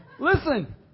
Listen